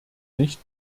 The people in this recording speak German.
nicht